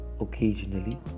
occasionally